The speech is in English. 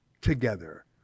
together